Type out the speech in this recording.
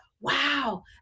wow